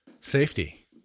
Safety